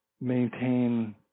maintain